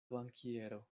bankiero